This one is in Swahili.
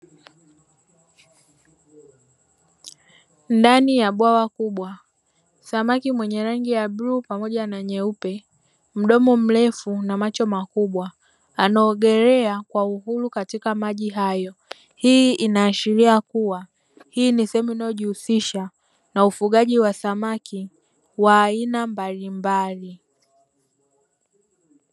Ndani ya bwawa kubwa samaki mwenye rangi ya bluu na nyeupe, mdomo mrefu na macho makubwa; anaongelea kwa uhuru katika maji hayo. Hii inaashiria kuwa hii ni sehemu inayojihusisha na ufugaji wa samaki wa aina mbalimbali.